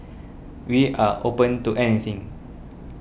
we are open to anything